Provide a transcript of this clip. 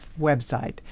website